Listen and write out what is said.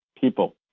people